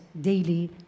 daily